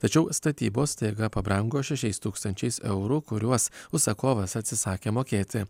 tačiau statybos staiga pabrango šešiais tūkstančiais eurų kuriuos užsakovas atsisakė mokėti